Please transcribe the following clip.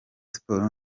sports